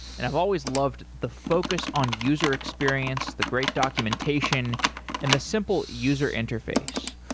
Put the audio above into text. and i've always loved the focus on user experience, the great documentation and the simple user interface.